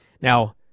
now